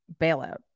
bailout